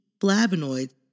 flavonoids